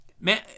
man